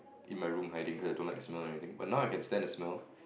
in my room hiding cause I don't like the smell or anything but now I can stand the smell